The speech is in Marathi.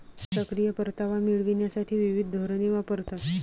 सक्रिय परतावा मिळविण्यासाठी विविध धोरणे वापरतात